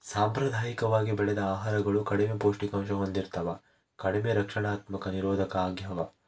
ಸಾಂಪ್ರದಾಯಿಕವಾಗಿ ಬೆಳೆದ ಆಹಾರಗಳು ಕಡಿಮೆ ಪೌಷ್ಟಿಕಾಂಶ ಹೊಂದಿರ್ತವ ಕಡಿಮೆ ರಕ್ಷಣಾತ್ಮಕ ನಿರೋಧಕ ಆಗ್ಯವ